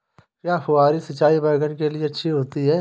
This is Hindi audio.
क्या फुहारी सिंचाई बैगन के लिए अच्छी होती है?